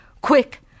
Quick